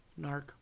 NARC